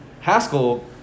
Haskell